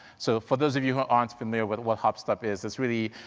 so for those of you who aren't familiar with what hopstop is, it's really,